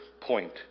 point